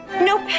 Nope